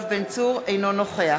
אינו נוכח